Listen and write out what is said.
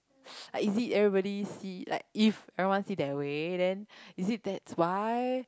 is it everybody see like if everyone see that way then is it that's why